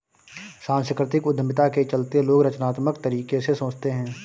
सांस्कृतिक उद्यमिता के चलते लोग रचनात्मक तरीके से सोचते हैं